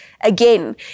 Again